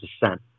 descent